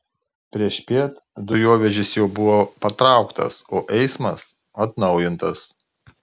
priešpiet dujovežis jau buvo patrauktas o eismas atnaujintas